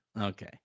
Okay